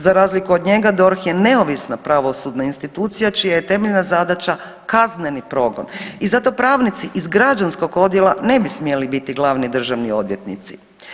Za razliku od njega DORH je neovisna državna institucija čija je temeljna zadaća kazneni progon i zato pravnici iz građanskog odjela ne bi smjeli biti glavni državni odvjetnici.